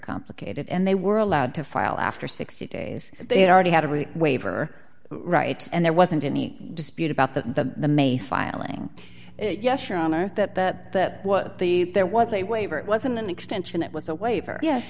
complicated and they were allowed to file after sixty days they had already had a week waiver right and there wasn't any dispute about that the may filing yes your honor that that that what the there was a waiver it wasn't an extension it was a waiver yes